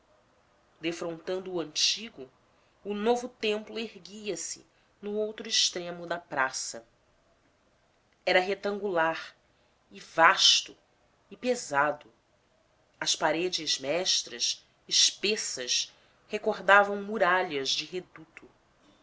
defrontando o antigo o novo templo erguia-se no outro extremo da praça era retangular e vasto e pesado as paredes mestras espessas recordavam muralhas de reduto